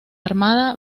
armada